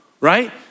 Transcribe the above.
right